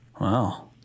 Wow